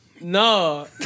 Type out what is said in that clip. No